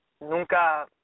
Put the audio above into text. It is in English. nunca